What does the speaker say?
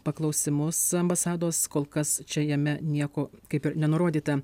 paklausimus ambasados kol kas čia jame nieko kaip ir nenurodyta